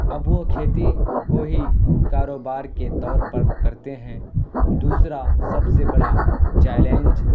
اب وہ کھیتی کو ہی کاروبار کے طور پر کرتے ہیں دوسرا سب سے بڑا چیلنج